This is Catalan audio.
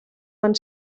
van